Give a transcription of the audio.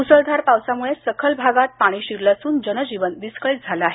मुसळधार पावसामुळे सखल भागात पाणी शिरलं असून जनजीवन विसकळीत झालं आहे